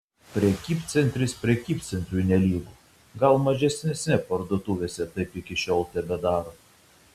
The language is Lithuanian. prekybcentris prekybcentriui nelygu gal mažesnėse parduotuvėse taip iki šiol tebedaro